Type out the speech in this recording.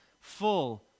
full